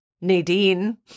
Nadine